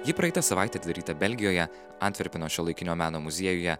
ji praeitą savaitę atidaryta belgijoje antverpeno šiuolaikinio meno muziejuje